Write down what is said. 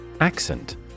Accent